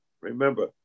Remember